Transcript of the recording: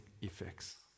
effects